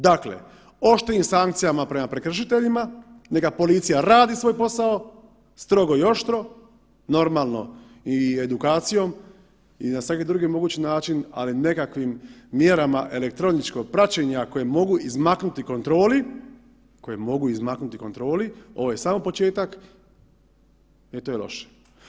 Dakle, oštrim sankcijama prema prekršiteljima, neka policija radi svoj posao, strogo i oštro, normalno i edukacijom i na svaki drugi mogući način, ali nekakvim mjerama elektroničkog praćenja koje mogu izmaknuti kontroli, koje mogu izmaknuti kontroli, ovo je samo početak, e to je loše.